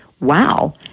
Wow